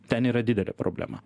ten yra didelė problema